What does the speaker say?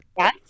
Yes